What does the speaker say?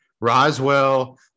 Roswell